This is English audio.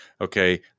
okay